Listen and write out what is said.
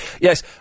Yes